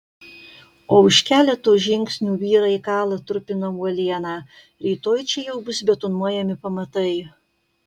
o už keleto žingsnių vyrai kala trupina uolieną rytoj čia jau bus betonuojami pamatai